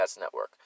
Network